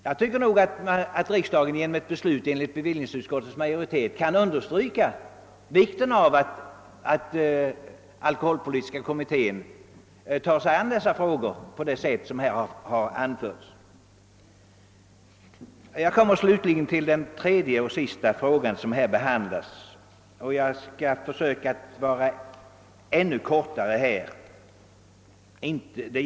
Jag anser att riksdagen genom ett beslutienlighet med utskottsmajoritetens förslag bör understryka vikten av att alkoholpolitiska utredningen tar sig an dessa frågor på det sätt som här anförts. När det gäller den tredje fråga, som behandlas i detta betänkande, skall jag försöka bli ännu mera kortfattad.